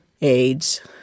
AIDS